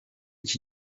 iki